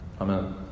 Amen